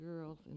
girls